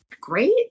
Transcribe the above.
great